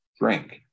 drink